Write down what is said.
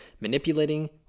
manipulating